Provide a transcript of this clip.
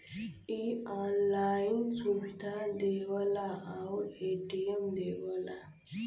इ ऑनलाइन सुविधा देवला आउर ए.टी.एम देवला